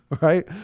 Right